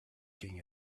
king